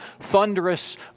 thunderous